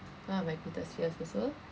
one of my greatest fears also